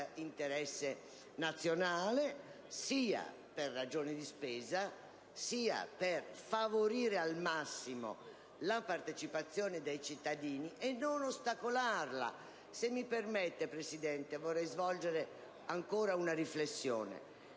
interesse nazionale: ciò, sia per ragioni di spesa, sia per favorire al massimo la partecipazione dei cittadini, e non - invece - ostacolarla. Se mi permette, signora Presidente, vorrei svolgere ancora una riflessione.